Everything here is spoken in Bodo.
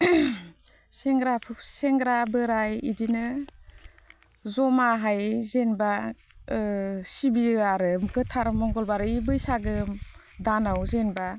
सेंग्रा सेंग्रा बोराइ इदिनो जमाहाय जेनोबा ओ सिबियो आरो गोथार मंगलबार ओइ बैसागो दानाव जेनोबा